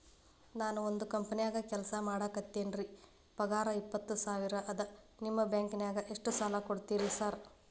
ನಾನ ಒಂದ್ ಕಂಪನ್ಯಾಗ ಕೆಲ್ಸ ಮಾಡಾಕತೇನಿರಿ ಪಗಾರ ಇಪ್ಪತ್ತ ಸಾವಿರ ಅದಾ ನಿಮ್ಮ ಬ್ಯಾಂಕಿನಾಗ ಎಷ್ಟ ಸಾಲ ಕೊಡ್ತೇರಿ ಸಾರ್?